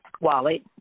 Wallet